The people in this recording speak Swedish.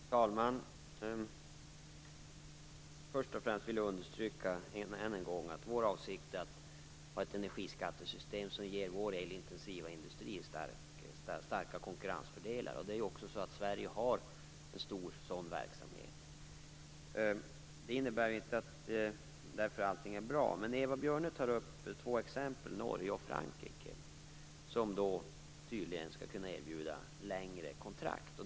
Fru talman! Först och främst vill jag än en gång understryka att vår avsikt är att ha ett energiskattesystem som ger vår elintensiva industri starka konkurrensfördelar. Det är också så att Sverige har en stor sådan verksamhet, men det innebär inte att allt är bra. Eva Björne tar upp två exempel, Norge och Frankrike, där man tydligen skall kunna erbjuda längre kontrakt.